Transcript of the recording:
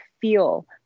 feel